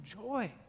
joy